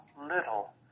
little